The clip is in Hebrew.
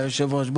היושב ראש.